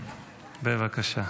בבקשה.